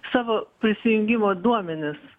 savo prisijungimo duomenis